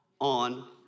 on